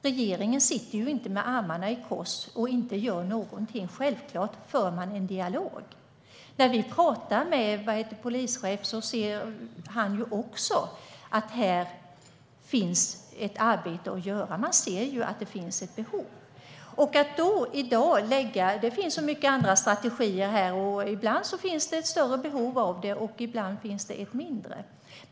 Regeringen sitter inte med armarna i kors och gör ingenting. Självklart för man en dialog. Polischefen har också sett att det här finns ett arbete att göra. Det finns ett behov. Det finns så många andra strategier. Ibland finns ett större behov, och ibland finns ett mindre.